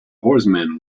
horseman